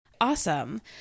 awesome